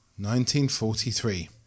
1943